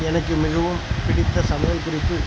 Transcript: எனக்கு மிகவும் பிடித்த சமையல் குறிப்பு